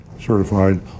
certified